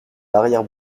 l’arrière